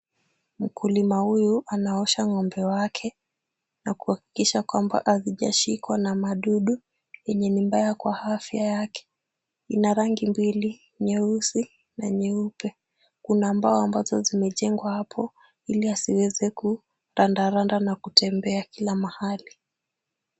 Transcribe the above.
Mkulima huyu anaosha ng'ombe wake na kuhakikisha kwamba hazijashikwa na madudu yenye ni mbaya kwa afya yake. Ina rangi mbili, nyeusi na nyeupe. Kuna mbao ambazo zimejengwa hapo, ili asiweze kurandaranda na kutembea kila mahali.